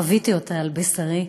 חוויתי אותה על בשרי.